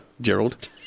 Gerald